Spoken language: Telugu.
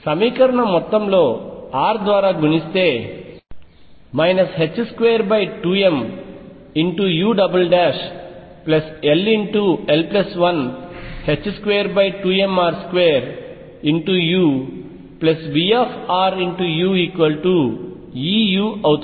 సమీకరణం మొత్తంలో r ద్వారా గుణిస్తే 22m ull122mr2uVruEu అవుతుంది